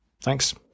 Thanks